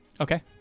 Okay